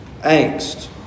angst